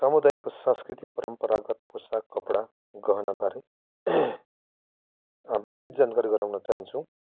समुदायको संस्कृतिक परम्परागत पोसाक कपडा गहनाबारे विस्तृत जानकारी गराउन चाहन्छु